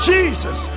Jesus